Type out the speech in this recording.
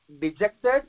dejected